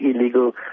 illegal